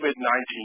COVID-19